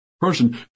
person